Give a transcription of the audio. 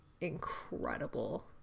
incredible